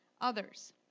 others